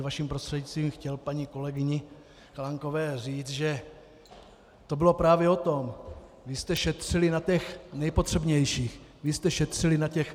Vaším prostřednictvím bych chtěl paní kolegyni Chalánkové říct, že to bylo právě o tom, že vy jste šetřili na těch nejpotřebnějších, vy jste šetřili na těch seniorech.